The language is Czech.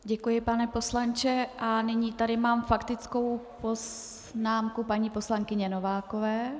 Děkuji, pane poslanče, a nyní tady mám faktickou poznámku paní poslankyně Novákové.